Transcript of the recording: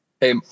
Hey